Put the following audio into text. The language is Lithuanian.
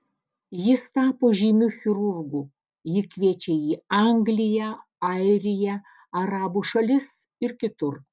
jis tapo žymiu chirurgu jį kviečia į angliją airiją arabų šalis ir kitur